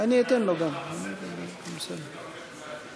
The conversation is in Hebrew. חוק הדואר (תיקון מס' 12),